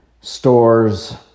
Stores